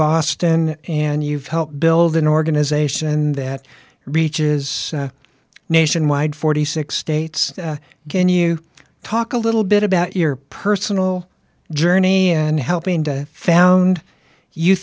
boston and you've helped build an organization that reaches nationwide forty six states can you talk a little bit about your personal journey and helping to found you